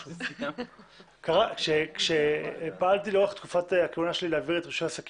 סעיף 28ג. לא כל כך הבנתי איך הולך להיראות הסעיף